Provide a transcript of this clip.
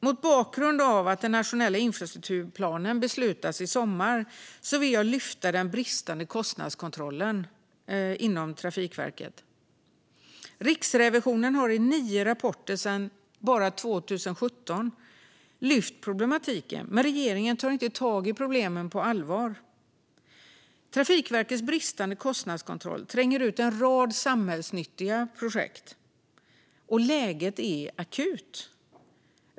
Mot bakgrund av att den nationella infrastrukturplanen beslutas i sommar vill jag lyfta upp den bristande kostnadskontrollen inom Trafikverket. Riksrevisionen har i nio rapporter sedan 2017 lyft upp problemen, men regeringen tar inte tag i dem på allvar. Trafikverkets bristande kostnadskontroll tränger ut en rad samhällsnyttiga projekt. Läget är akut.